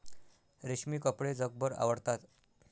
रेशमी कपडे जगभर आवडतात